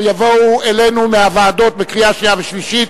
יבואו אלינו מהוועדות לקריאה שנייה ושלישית,